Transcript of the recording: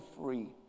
free